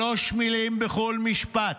שלוש מילים בכל משפט: